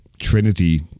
Trinity